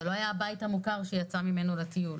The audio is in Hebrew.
הוא לא היה הבית המוכר שהיא יצאה ממנו לטיול.